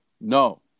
No